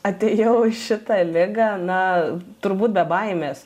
atėjau į šitą ligą na turbūt be baimės